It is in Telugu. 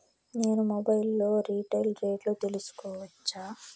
నేను మొబైల్ లో రీటైల్ రేట్లు తెలుసుకోవచ్చా?